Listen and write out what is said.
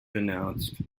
announced